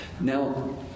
Now